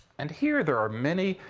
and here there are many,